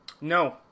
No